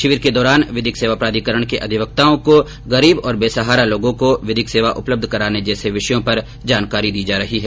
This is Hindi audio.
शिविर के दौरान विधिक सेवा प्राधिकरण के अधिवक्ताओं को गरीब और बेसहारा लोगों को विधिक सेवा उपलब्ध कराये जाने जैसे विषयों पर जानकारी दी जा रही है